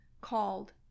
called